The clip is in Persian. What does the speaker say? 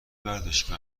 برداشتی